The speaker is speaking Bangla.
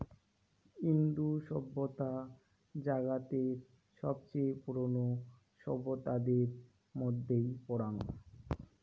ইন্দু সভ্যতা জাগাতের সবচেয়ে পুরোনো সভ্যতাদের মধ্যেই পরাং